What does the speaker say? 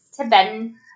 Tibetan